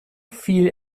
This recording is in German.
viel